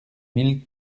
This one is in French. mille